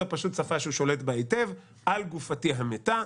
זו פשוט שפה שהוא שולט בה היטב על גופתי המתה,